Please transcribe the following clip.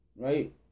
Right